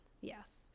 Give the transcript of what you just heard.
Yes